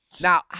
Now